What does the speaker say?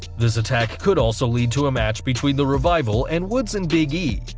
this attack could also lead to a match between the revival and woods and big e,